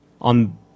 on